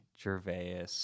Gervais